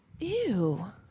Ew